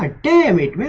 ah damage